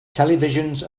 televisions